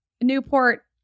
Newport